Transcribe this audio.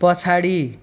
पछाडि